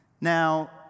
Now